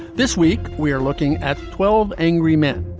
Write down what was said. this week we are looking at twelve angry men.